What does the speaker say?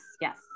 Yes